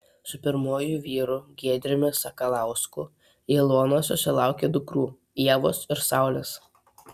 su pirmuoju vyru giedriumi sakalausku ilona susilaukė dukrų ievos ir saulės